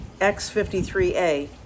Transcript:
X53A